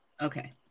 Okay